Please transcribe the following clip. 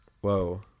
Whoa